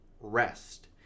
rest